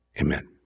Amen